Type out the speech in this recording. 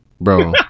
Bro